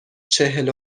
چهل